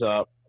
up